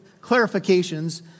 clarifications